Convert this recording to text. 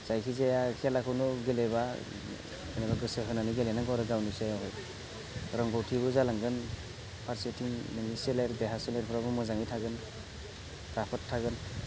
जायखिजाया खेलाखौनो गेलेब्ला गोसो होनानै गेलेनांगौ आरो गावनि सायावहाय रोंगौथिबो जालांगोन फारसेथिं नोंनि सोलेर देहा सोलेरफोराबो मोजाङै थागोन राफोद थागोन